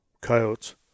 Coyotes